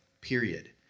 period